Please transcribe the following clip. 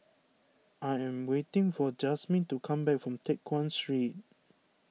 I am waiting for Jasmin to come back from Teck Guan Street